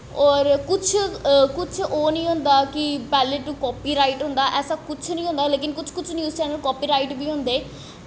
होर कुछ ओह् निं होंदा कि पैह्ले तो कॉपी राईट होंदा ऐसा कुछ निं होंदा लेकिन कुछ कुछ चैन्नल कॉपी राईट बी होंदे